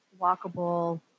walkable